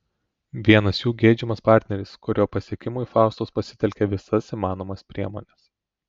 vienas jų geidžiamas partneris kurio pasiekimui faustos pasitelkia visas įmanomas priemones